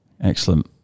Excellent